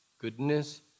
goodness